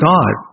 God